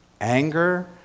anger